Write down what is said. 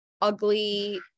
ugly